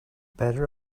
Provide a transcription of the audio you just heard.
better